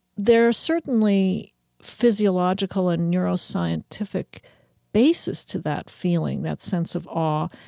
there are certainly physiological and neuroscientific bases to that feeling, that sense of awe.